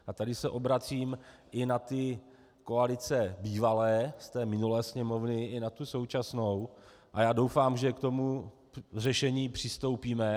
A tady se obracím i na koalice bývalé, z minulé Sněmovny, i na tu současnou, a já doufám, že k řešení přistoupíme.